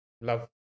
love